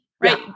Right